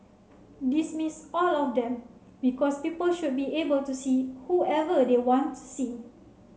dismiss all of them because people should be able to see whoever they want to see